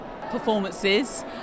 performances